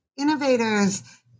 innovators